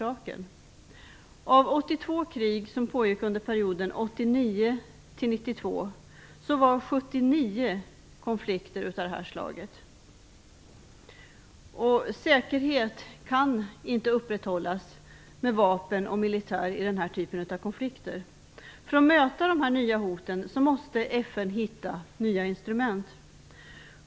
Av 82 krig som pågick under perioden 1989 1992 var 79 konflikter av det här slaget. Säkerhet kan inte upprätthållas med vapen och militär i den här typen av konflikter. För att möta de nya hoten måste FN hitta nya instrument.